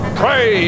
pray